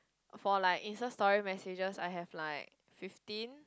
for like insta story story messages I have like fifteen